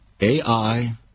AI